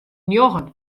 njoggen